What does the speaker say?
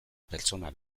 pertsona